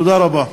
תודה רבה.